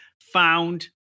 found